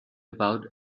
about